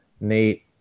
Nate